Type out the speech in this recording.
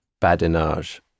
badinage